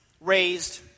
raised